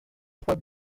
trois